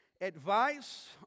advice